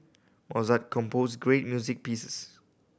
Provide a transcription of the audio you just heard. Mozart composed great music pieces